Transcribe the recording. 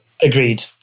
Agreed